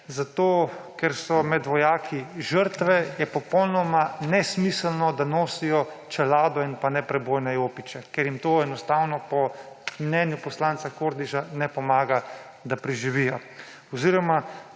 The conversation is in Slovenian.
Zato, ker so med vojaki žrtve, je popolnoma nesmiselno, da nosijo čelade in neprebojne jopiče, ker jim to enostavno po mnenju poslanca Kordiša ne pomaga, da preživijo. Če sem